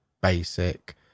basic